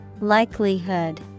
Likelihood